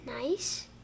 Nice